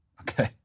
okay